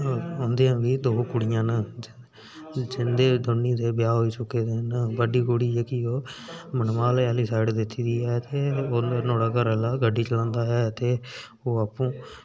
उं'दे अग्गें दो कुड़ियां न जिं'दे दौनियें दे ब्याह् होई चुके दे न बड्डी कुड़ी जेह्ड़ी ओह् मनवालै आह्ली साईड दित्ती दी ऐ ते नुहाड़ा घरा आह्ला गड्डी चलांदा ऐ ते ओह् आपूं